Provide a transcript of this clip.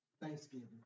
thanksgiving